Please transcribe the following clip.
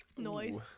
noise